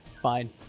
Fine